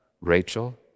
Rachel